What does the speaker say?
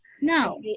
No